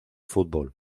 fútbol